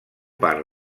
part